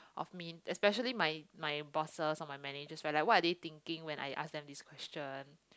of me especially my my bosses or my managers right like what are they thinking when I ask them this question